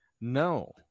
No